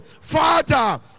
Father